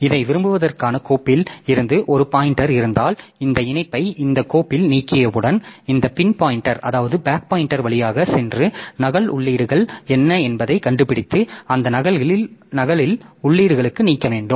இதை விரும்புவதற்கான கோப்பில் இருந்து ஒரு பாய்ன்டெர் இருந்தால் இந்த இணைப்பை இந்த கோப்பு நீக்கியவுடன் இந்த பின் பாய்ன்டெர் வழியாக சென்று நகல் உள்ளீடுகள் என்ன என்பதைக் கண்டுபிடித்து அந்த நகல்களில் உள்ளீடுகளும் நீக்க வேண்டும்